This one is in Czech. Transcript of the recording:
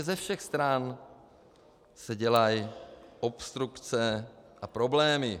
Ze všech stran se dělají obstrukce a problémy.